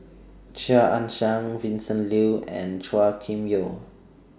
Chia Ann Siang Vincent Leow and Chua Kim Yeow